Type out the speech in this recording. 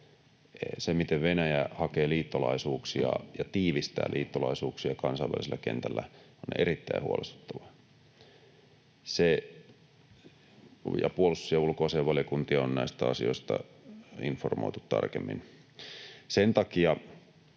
Se, miten Venäjä hakee liittolaisuuksia ja tiivistää liittolaisuuksia kansainvälisellä kentällä, on erittäin huolestuttavaa, ja puolustus- ja ulkoasiainvaliokuntaa on näistä asioista informoitu tarkemmin.